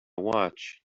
watch